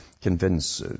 convince